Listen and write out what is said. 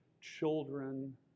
children